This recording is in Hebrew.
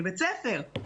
לבית הספר.